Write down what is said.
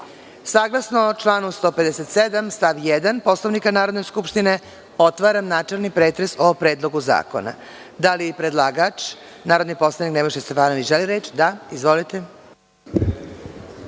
članu 157. stav 1. Poslovnika Narodne skupštine, otvaram načelni pretres o Predlogu zakona. Da li predlagač, narodni poslanik Nebojša Stefanović želi reč? (Da.)Izvolite.